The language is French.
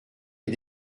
est